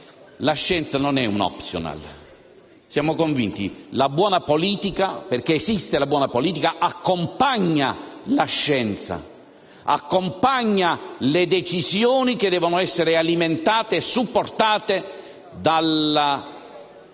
la scienza non è un *optional*. Siamo convinti che la buona politica - perché esiste la buona politica - accompagni la scienza, accompagni le decisioni che devono essere alimentate e supportate dalla ricerca